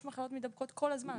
יש מחלות מידבקות כל הזמן,